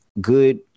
Good